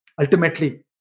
ultimately